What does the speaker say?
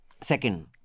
Second